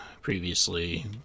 previously